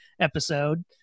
episode